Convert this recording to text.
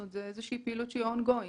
זאת אומרת, זו איזו שהיא פעילות שהיא ongoing.